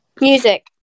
Music